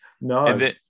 No